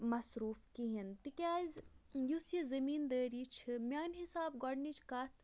مَصروٗف کِہیٖنۍ تِکیازِ یُس یہِ زٔمیٖندٲری چھِ میانہِ حِساب گۄڈنِچ کَتھ